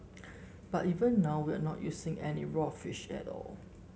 but even now we are not using any raw fish at all